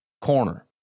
corner